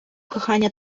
кохання